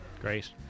Great